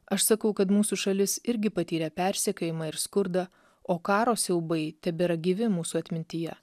aš sakau kad mūsų šalis irgi patyrė persekiojimą ir skurdą o karo siaubai tebėra gyvi mūsų atmintyje